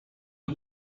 you